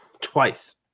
twice